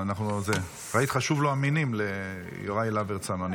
ראית, חשוב לו המינים, ליוראי להב הרצנו.